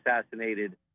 assassinated